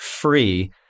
free